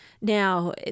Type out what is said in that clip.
Now